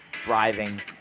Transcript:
driving